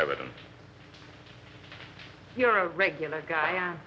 evidence you're a regular guy